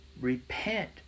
Repent